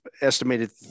estimated